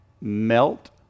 melt